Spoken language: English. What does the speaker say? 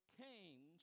came